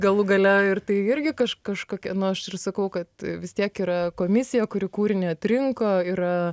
galų gale ir tai irgi kaž kažkokia nu aš ir sakau kad vis tiek yra komisija kuri kūrinį atrinko yra